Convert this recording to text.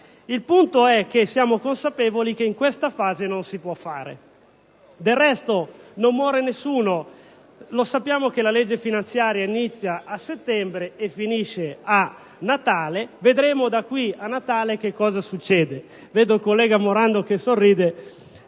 il punto è che siamo consapevoli che in tale fase non si può fare. Del resto, non muore nessuno, lo sappiamo che l'esame della legge finanziaria inizia a settembre e finisce a Natale; vedremo da qui a Natale che cosa succede. Vedo il collega Morando che sorride,